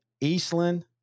Eastland